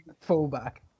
fullback